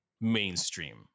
mainstream